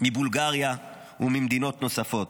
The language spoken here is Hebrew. מבולגריה וממדינות נוספות.